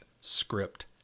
script